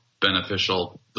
beneficial